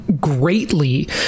greatly